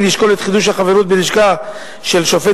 לשקול את חידוש החברות בלשכה של שופט,